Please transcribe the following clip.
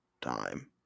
time